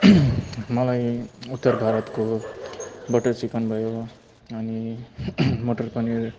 मलाई उत्तर भारतको बटर चिकन भयो अनि मटर पनिर